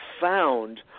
found